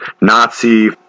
Nazi